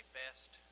best